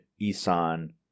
Isan